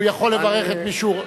הוא יכול לברך את מי שהוא,